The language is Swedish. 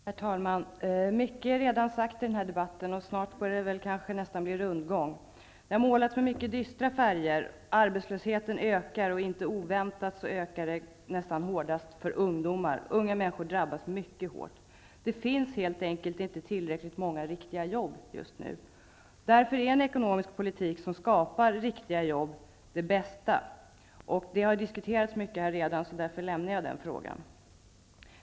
Herr talman! Mycket är redan sagt i denna debatt. Snart börjar det kanske bli rundgång. Det har målats med mycket dystra färger. Arbetslösheten ökar, och inte oväntat ökar den mest för ungdomar. Unga människor drabbas mycket hårt. Det finns helt enkelt inte tillräckligt många riktiga jobb just nu. Därför är en ekonomisk politik som skapar riktiga jobb det bästa. Det har diskuterats mycket här redan, och jag lämnar därför den frågan.